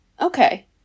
Okay